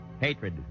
Hatred